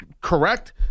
correct